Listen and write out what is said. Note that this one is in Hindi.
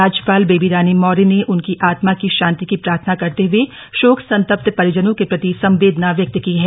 राज्यपाल बब्बी रानी मौर्य न उनकी आत्मा की शांति की प्रार्थना करत हुए शोक संतप्त परिजनों का प्रति संवव्वना व्यक्त की है